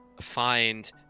find